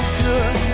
good